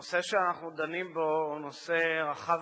הנושא שאנחנו דנים בו הוא נושא רחב מאוד,